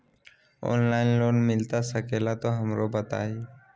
Online loan मिलता सके ला तो हमरो बताई?